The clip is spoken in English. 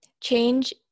change